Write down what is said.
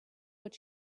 what